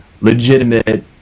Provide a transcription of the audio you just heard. legitimate